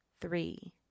three